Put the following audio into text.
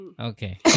Okay